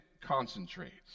concentrates